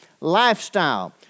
lifestyle